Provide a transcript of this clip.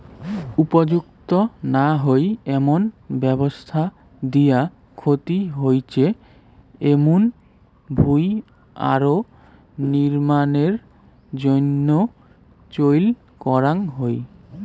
উপযুক্ত না হই এমন ব্যবস্থা দিয়া ক্ষতি হইচে এমুন ভুঁই আরো নির্মাণের জইন্যে চইল করাঙ হই